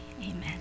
amen